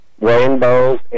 Rainbows